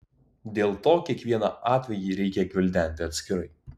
dėl to kiekvieną atvejį reikia gvildenti atskirai